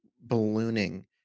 ballooning